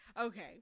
okay